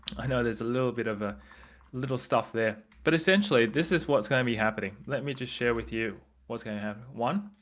i know there's a little bit of a little stuff there but essentially, this is what's going to be happening. let me just share with you what's going to happen. one,